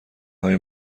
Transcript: های